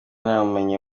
namumenye